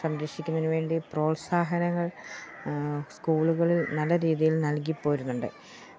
സംരക്ഷിക്കുന്നതിനുവേണ്ടി പ്രോത്സാഹനങ്ങൾ സ്കൂളുകളിൽ നല്ല രീതിയിൽ നൽകിപ്പോരുന്നുണ്ട്